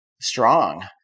strong